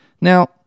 Now